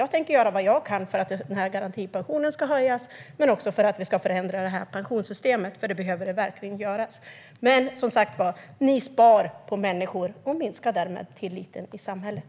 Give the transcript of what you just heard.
Jag tänker göra vad jag kan för att garantipensionen ska höjas men också för att vi ska förändra pensionssystemet, för det behöver verkligen förändras. Som sagt: Ni sparar på människor och minskar därmed tilliten i samhället.